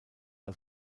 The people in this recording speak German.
aus